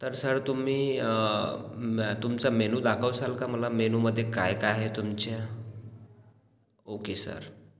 तर सर तुम्ही तुमचा मेनू दाखवसाल का मला मेनूमधे काय काय आहे तुमच्या ओ के सर